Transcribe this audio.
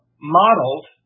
modeled